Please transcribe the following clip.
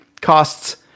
Costs